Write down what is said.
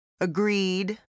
agreed